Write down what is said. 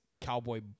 cowboy